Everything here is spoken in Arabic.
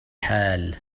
حال